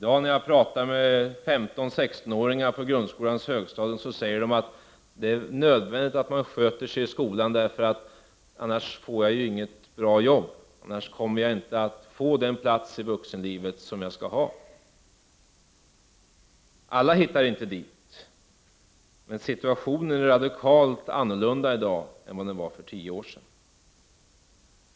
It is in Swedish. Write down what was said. När jag i dag pratar med 15 och 16-åringar på grundskolans högstadium, säger de att det är nödvändigt att man sköter sig i skolan, ”annars får jag inget bra jobb, annars kommer jag inte att få den plats i vuxenlivet som jag vill ha”. Alla hittar inte dit, men situationen är radikalt annorlunda i dag än vad den var för tio år sedan.